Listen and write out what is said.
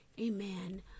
Amen